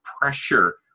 pressure